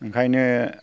ओंखायनो